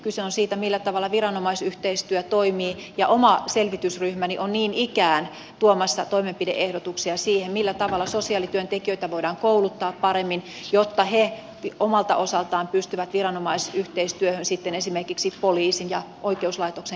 kyse on siitä millä tavalla viranomaisyhteistyö toimii ja oma selvitysryhmäni on niin ikään tuomassa toimenpide ehdotuksia siihen millä tavalla sosiaalityöntekijöitä voidaan kouluttaa paremmin jotta he omalta osaltaan pystyvät viranomaisyhteistyöhön sitten esimerkiksi poliisin ja oikeuslaitoksen kautta